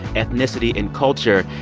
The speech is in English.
ethnicity and culture.